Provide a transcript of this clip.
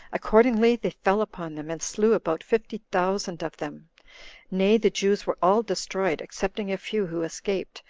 accordingly, they fell upon them, and slew about fifty thousand of them nay, the jews were all destroyed, excepting a few who escaped,